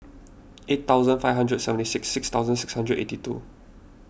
eight thousand five hundred and seventy six six thousand six hundred eighty two